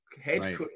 head